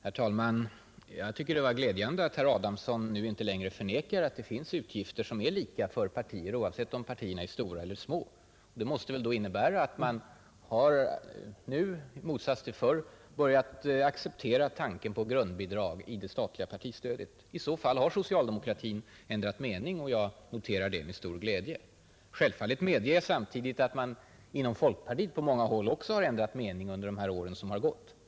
Herr talman! Jag tycker att det är glädjande att herr Adamsson nu inte längre förnekar att det finns utgifter som är lika för alla partier, oavsett om de är stora eller små. Det måste väl innebära att man nu — i motsats till tidigare — har börjat acceptera tanken på grundbidrag i det statliga partistödet. I så fall har socialdemokratin ändrat mening, och jag noterar det med glädje. Självfallet medger jag samtidigt att man på många håll inom folkpartiet också ändrat mening under de år som gått.